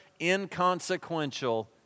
inconsequential